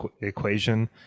equation